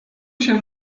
się